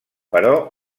però